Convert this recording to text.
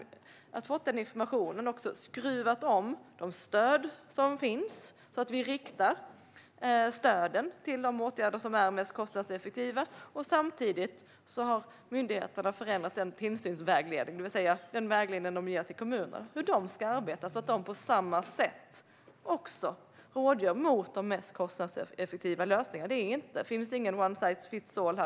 Efter att ha fått den informationen har vi också skruvat om de stöd som finns så att vi riktar dem till de åtgärder som är mest kostnadseffektiva. Samtidigt har myndigheterna förändrat sin tillsynsvägledning, det vill säga den vägledning de ger till kommuner om hur de ska arbeta. Då kan de på samma sätt ge råd för att de mest kostnadseffektiva lösningarna ska uppnås. Det finns inte någon one size fits all här.